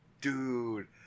Dude